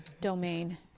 domain